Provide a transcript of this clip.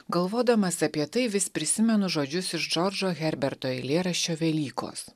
galvodamas apie tai vis prisimenu žodžius iš džordžo herberto eilėraščio velykos